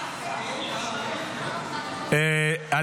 בבקשה.